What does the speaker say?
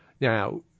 Now